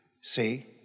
see